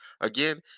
Again